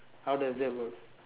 how does that work